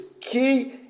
key